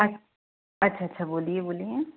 अच्छा अच्छा अच्छा बोलिए बोलिए